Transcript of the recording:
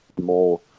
more